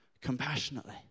compassionately